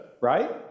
right